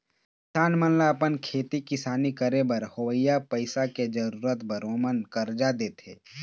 किसान मन ल अपन खेती किसानी करे बर होवइया पइसा के जरुरत बर ओमन करजा देथे